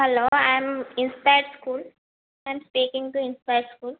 hello I am inspire school I am speaking to inspire school